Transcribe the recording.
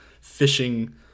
fishing